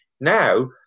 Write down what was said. Now